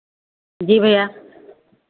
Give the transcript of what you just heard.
जी भैया